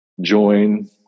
join